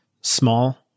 small